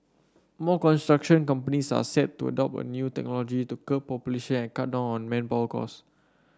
more construction companies are set to adopt a new technology to curb pollution and cut down on manpower costs